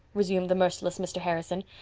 resumed the merciless mr. harrison,